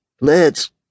Let's-